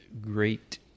great